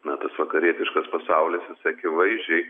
na tas vakarietiškas pasaulis jis akivaizdžiai